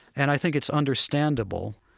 and i think it's understandable,